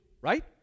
right